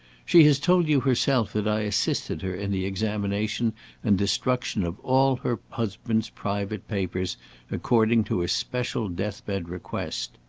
she has told you herself that i assisted her in the examination and destruction of all her husband's private papers according to his special death-bed request.